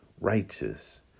righteous